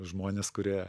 žmonės kurie